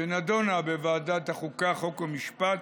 שנדונה בוועדת החוקה, חוק ומשפט,